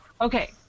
Okay